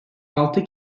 altı